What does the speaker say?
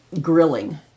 grilling